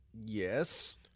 Yes